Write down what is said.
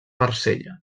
marsella